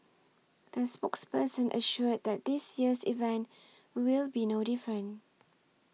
the spokesperson assured that this year's event will be no different